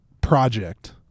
project